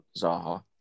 Zaha